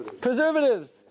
preservatives